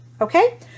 okay